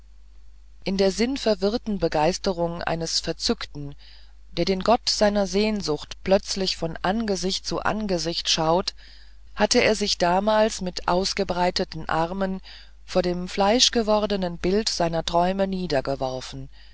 in der sinnverwirrten begeisterung eines verzückten der den gott seiner sehnsucht plötzlich von angesicht zu angesicht schaut hatte er sich damals mit ausgebreiteten armen von dem fleischgewordenen bild seiner träume